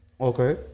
Okay